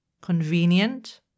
Convenient